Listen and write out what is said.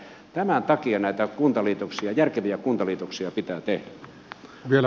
tämän takia näitä järkeviä kuntaliitoksia pitää tehdä